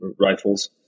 rifles